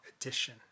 Edition